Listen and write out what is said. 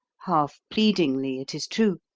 half-pleadingly, it is true,